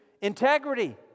integrity